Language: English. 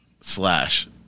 slash